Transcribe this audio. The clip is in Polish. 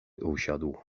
usiadł